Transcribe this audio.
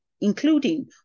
including